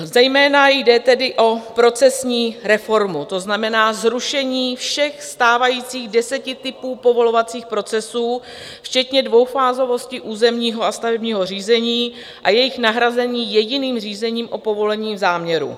Zejména jde tedy o procesní reformu, to znamená zrušení všech stávajících deseti typů povolovacích procesů včetně dvoufázovosti územního a stavebního řízení a jejich nahrazení jediným řízením o povolení záměru.